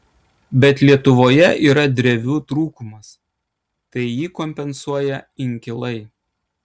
bet lietuvoje yra drevių trūkumas tai jį kompensuoja inkilai